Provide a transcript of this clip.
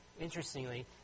interestingly